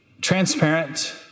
transparent